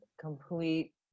complete